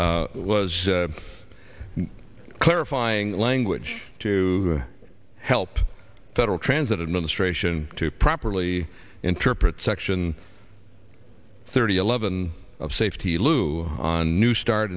was clarifying language to help federal transit administration to properly interpret section thirty eleven of safety lou on new start